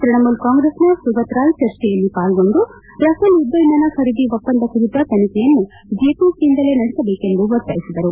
ತ್ಯಣಮೂಲ ಕಾಂಗ್ರೆಸ್ನ ಸುಗತರಾಯ್ ಚರ್ಚೆಯಲ್ಲಿ ಪಾಲ್ಗೊಂಡು ರಫೇಲ್ ಯುದ್ದವಿಮಾನ ಖರೀದಿ ಒಪ್ಪಂದ ಕುರಿತ ತನಿಬೆಯನ್ನು ಜೆಪಿಸಿಯಿಂದಲೇ ನಡೆಸಬೇಕೆಂದು ಒತ್ತಾಯಿಸಿದರು